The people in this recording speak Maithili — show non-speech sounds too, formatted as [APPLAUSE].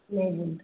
नहि [UNINTELLIGIBLE]